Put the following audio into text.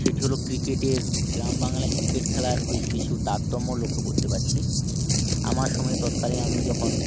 সেটি হল ক্রিকেটের গ্রাম বাংলায় ক্রিকেট খেলার বেশ কিছু তারতম্য লক্ষ্য করতে পারছি আমার সময়ে তৎকালীন আমি যখন